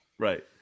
Right